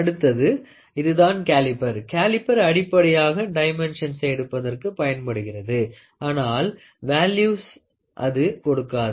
அடுத்தது இதுதான் caliper caliper அடிப்படையாக டைமென்ஷன்சை எடுப்பதற்கு பயன்படுகிறது ஆனால் வேலூயிஸை அது கொடுக்காது